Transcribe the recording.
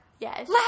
Yes